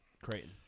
Creighton